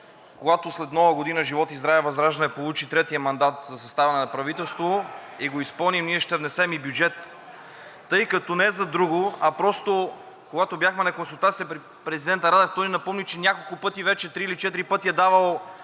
когато след Нова година, живот и здраве, ВЪЗРАЖДАНЕ получи третия мандат за съставяне на правителство (шум и реплики) и го изпълни, ние ще внесем бюджет, тъй като не за друго, а просто когато бяхме на консултациите при президента Радев, той напомни, че няколко пъти вече – три или четири, е давал